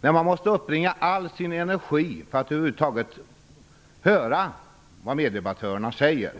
När man måste uppbringa all sin energi för att över huvud taget höra vad meddebattörerna säger